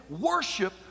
worship